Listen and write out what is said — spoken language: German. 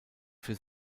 für